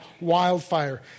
wildfire